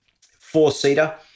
four-seater